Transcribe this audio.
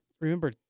remember